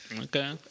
Okay